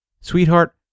Sweetheart